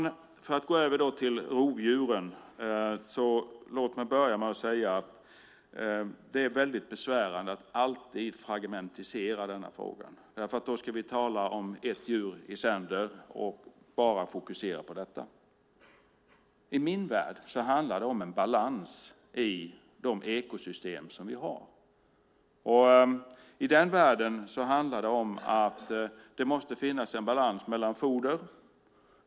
Då ska jag gå över till rovdjuren. Låt mig börja med att säga att det är väldigt besvärande att alltid fragmentisera denna fråga, för då ska vi tala om ett djur i sänder och bara fokusera på detta. I min värld handlar det om en balans i de ekosystem som vi har. I den världen handlar det om att det måste finnas en balans när det gäller foder.